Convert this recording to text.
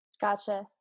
Gotcha